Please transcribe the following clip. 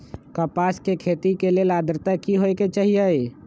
कपास के खेती के लेल अद्रता की होए के चहिऐई?